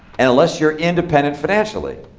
and unless you're independent financially.